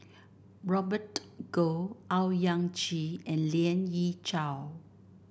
Robert Goh Owyang Chi and Lien Ying Chow